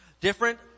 different